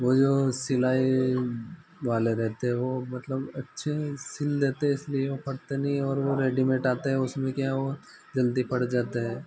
वह जो सिलाई वाले रहते वह मतलब अच्छे सिल लेते इसलिए वह फटते नहीं और वह रेडीमेड आते हैं उसमें क्या वह जल्दी फड़ जाते हैं